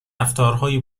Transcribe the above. رفتارهای